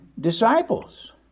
disciples